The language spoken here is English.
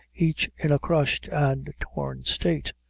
each in a crushed and torn state.